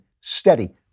steady